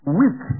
weak